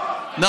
יש בחירות?